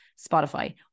Spotify